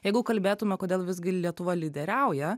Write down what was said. jeigu kalbėtume kodėl visgi lietuva lyderiauja